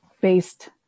based